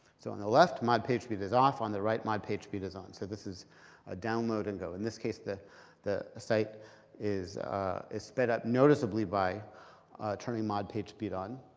so on the left, mod pagespeed is off, on the right, mod pagespeed is on. so this a ah downloaded and go. in this case, the the site is is sped up noticeably by turning mod pagespeed on.